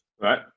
Right